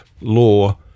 law